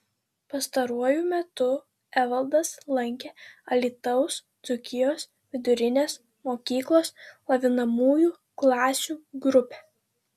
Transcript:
pastaruoju metu evaldas lankė alytaus dzūkijos vidurinės mokyklos lavinamųjų klasių grupę